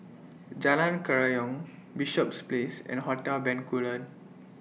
Jalan Kerayong Bishops Place and Hotel Bencoolen